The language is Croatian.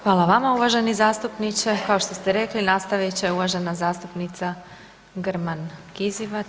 Hvala vama uvaženi zastupniče, kao što ste rekli, nastavit će uvažena zastupnica Grman-Kizivat.